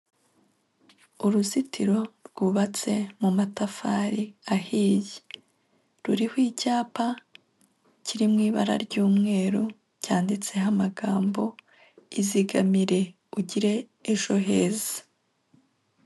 Uruzitiro rwubatse mu matafari ahiye, ruriho icyapa kiri mu ibara ry'umweru cyanditseho amagambo izigamire ugire ejo heza.